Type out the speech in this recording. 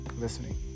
listening